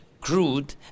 crude